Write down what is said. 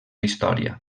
història